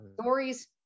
stories